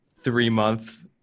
three-month